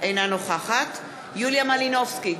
אינה נוכחת יוליה מלינובסקי,